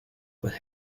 with